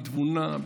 בתבונה,